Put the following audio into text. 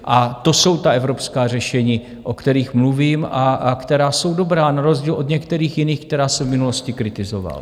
A to jsou ta evropská řešení, o kterých mluvím a která jsou dobrá, na rozdíl od některých jiných, která jsem v minulosti kritizoval.